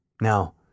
Now